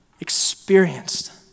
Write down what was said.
experienced